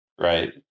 right